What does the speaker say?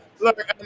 Look